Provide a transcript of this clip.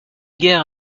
guerre